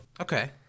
Okay